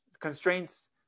constraints